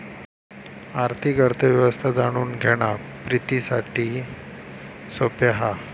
आर्थिक अर्थ व्यवस्था जाणून घेणा प्रितीसाठी सोप्या हा